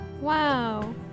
Wow